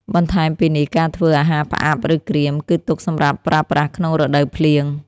បន្ថែមពីនេះការធ្វើអាហារផ្អាប់ ឬក្រៀម គឺទុកសម្រាប់ប្រើប្រាស់ក្នុងរដូវភ្លៀង។